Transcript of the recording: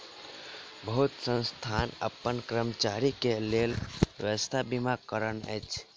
बहुत संस्थान अपन कर्मचारी के लेल स्वास्थ बीमा करौने अछि